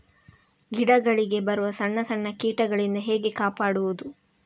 ಗಿಡಗಳಿಗೆ ಬರುವ ಸಣ್ಣ ಸಣ್ಣ ಕೀಟಗಳಿಂದ ಹೇಗೆ ಕಾಪಾಡುವುದು?